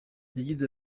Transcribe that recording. yagize